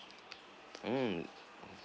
mm